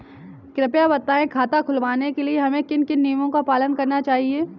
कृपया बताएँ खाता खुलवाने के लिए हमें किन किन नियमों का पालन करना चाहिए?